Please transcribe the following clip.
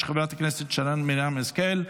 התשפ"ד 2024,